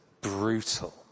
brutal